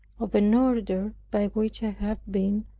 of an order by which i have been,